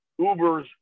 Ubers